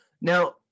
Now